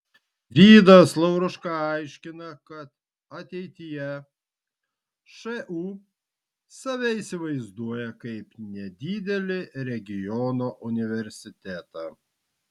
vidas lauruška aiškina kad ateityje šu save įsivaizduoja kaip nedidelį regiono universitetą